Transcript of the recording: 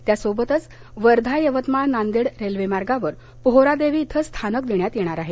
त्यासोबतच वर्धा यवतमाळ नांदेड रेल्वेमार्गावर पोहरादेवी इथं स्थानक देण्यात येणार आहे